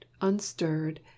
unstirred